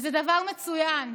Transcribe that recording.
שזה דבר מצוין.